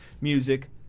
music